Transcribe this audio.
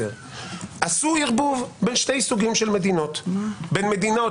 עשו ערבוב בין שני סוגים של מדינות - לעניין